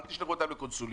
אל תשלחו אותם לקונסוליות.